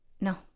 No